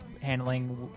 handling